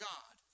God